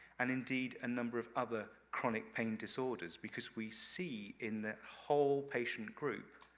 and indeed, a number of other chronic pain disorders, because we see in the whole patient group,